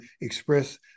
express